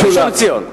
בראשון-לציון.